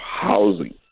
housing